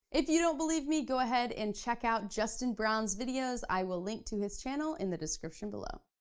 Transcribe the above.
if you don't believe me, go ahead and check out justin brown's videos. i will link to his channel in the description below.